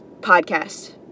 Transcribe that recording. podcast